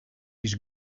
his